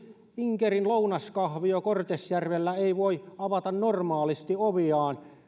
inkerin lounaskahvio kortesjärvellä ei voi avata normaalisti oviaan